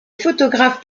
photographe